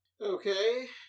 Okay